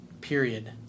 period